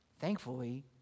Thankfully